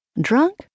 Drunk